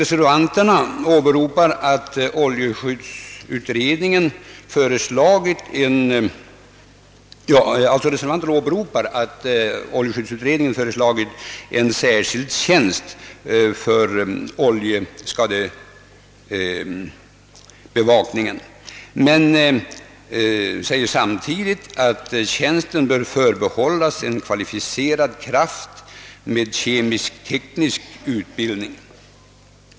Reservanterna åberopar att oljeskyddsutredningen har föreslagit inrättandet av en särskild tjänst för oljeskadebevakningen men säger samtidigt att tjänsten bör förbehållas en kvalificerad kraft med kemisk-teknisk utbildning.